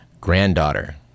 granddaughter